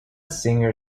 singer